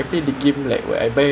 buang duit jer